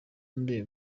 nde